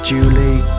Julie